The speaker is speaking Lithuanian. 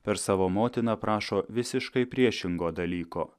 per savo motiną prašo visiškai priešingo dalyko